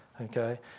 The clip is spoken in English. Okay